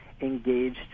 engaged